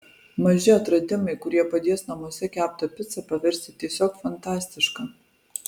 maži atradimai kurie padės namuose keptą picą paversti tiesiog fantastiška